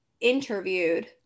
interviewed